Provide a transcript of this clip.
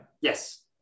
yes